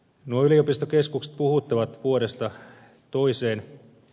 nuo yliopistokeskukset puhuttavat vuodesta toiseen